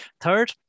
Third